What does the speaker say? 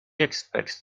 expects